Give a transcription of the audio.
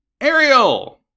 Ariel